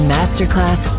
Masterclass